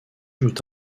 jouent